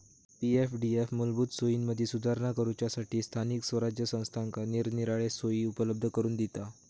पी.एफडीएफ मूलभूत सोयींमदी सुधारणा करूच्यासठी स्थानिक स्वराज्य संस्थांका निरनिराळे सोयी उपलब्ध करून दिता